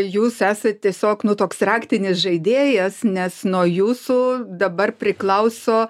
jūs esat tiesiog nu toks raktinis žaidėjas nes nuo jūsų dabar priklauso